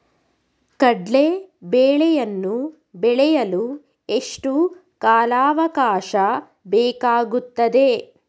ಕಡ್ಲೆ ಬೇಳೆಯನ್ನು ಬೆಳೆಯಲು ಎಷ್ಟು ಕಾಲಾವಾಕಾಶ ಬೇಕಾಗುತ್ತದೆ?